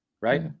right